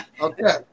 Okay